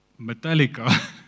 Metallica